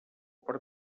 per